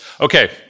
Okay